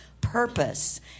purpose